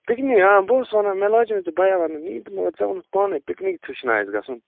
picnic آ بہٕ اوسُس وَنان مےٚ لاجویو نا ژےٚ بیا وَنُن یی مگر ژےٚ ووٚنُتھ پانَے پِکنِک تہِ چھنا اَسہِ گَژھُن